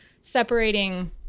separating